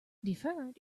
deferred